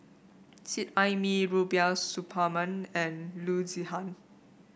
Seet Ai Mee Rubiah Suparman and Loo Zihan